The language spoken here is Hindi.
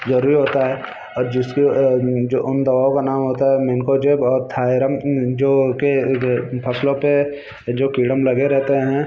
ज़रूरी होता है और जिसको जो उन दवाओं का नाम होता है मेनकोजेब और थायरम जो के फ़सलों पर जो कीड़ें लगे रहते हैं